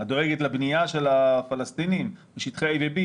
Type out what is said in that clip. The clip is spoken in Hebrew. את דואגת לבנייה של הפלסטינים בשטחי A ו-B,